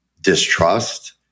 distrust